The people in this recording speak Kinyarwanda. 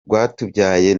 rwatubyaye